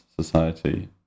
society